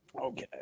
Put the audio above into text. Okay